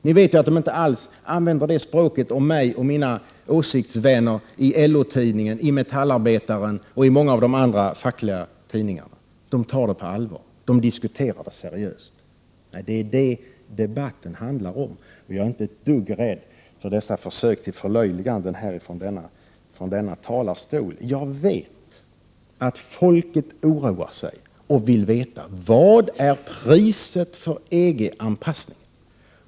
Ni vet att man inte alls använder det språket om mig och mina åsiktsvänner i LO-tidningen, i Metallarbetaren och i många av de andra fackliga tidningarna. De tar saken på allvar. De diskuterar den seriöst. Det är detta debatten handlar om, och jag är inte ett dugg rädd för dessa försök till förlöjliganden från denna talarstol. Jag vet att folket oroar sig och vill veta vad priset är för EG-anpassningen.